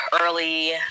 early